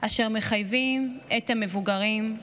אשר מחייבים את המבוגרים".